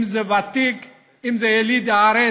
אם זה ותיק, אם זה יליד הארץ.